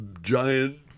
giant